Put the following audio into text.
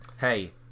hey